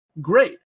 great